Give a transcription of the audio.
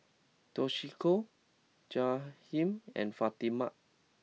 Toshiko Jaheem and Fatima